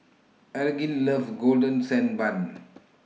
Elgin loves Golden Sand Bun